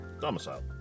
domicile